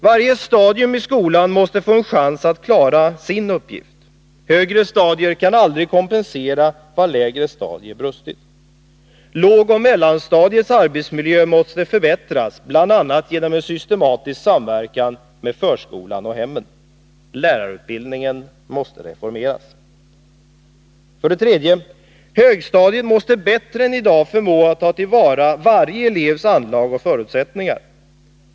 Varje stadium i skolan måste få en chans att klara sin uppgift. Högre stadier kan aldrig kompensera vad lägre stadier brustit. Lågoch mellanstadiets arbetsmiljö måste förbättras, bl.a. genom en systematisk samverkan med förskolan och hemmen. Lärarutbildningen måste reformeras. 3. Högstadiet måste bättre än i dag förmå att ta till vara varje elevs anlag och förutsättningar.